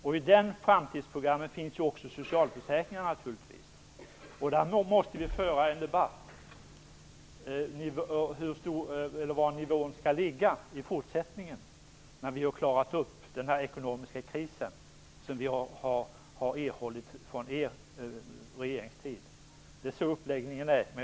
Där finns naturligtvis också socialförsäkringarna med. Vi måste föra en debatt om var nivån i fortsättningen skall ligga. Det får vi ta itu med när vi har klarat ut den ekonomiska kris som vi har efter er regeringstid. Det är uppläggningen från vår sida.